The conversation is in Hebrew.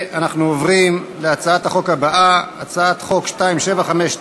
אנחנו עוברים להצעת החוק הבאה: הצעת חוק 2759